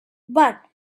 but